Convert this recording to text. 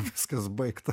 viskas baigta